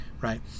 right